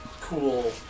Cool